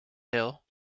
hill